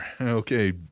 Okay